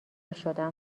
شدم